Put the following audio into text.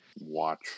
Watch